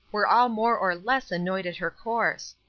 were all more or less annoyed at her course.